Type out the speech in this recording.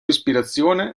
ispirazione